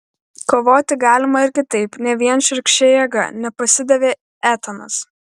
kovoti galima ir kitaip ne vien šiurkščia jėga nepasidavė etanas